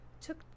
took